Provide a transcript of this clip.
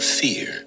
fear